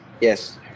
yes